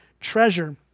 treasure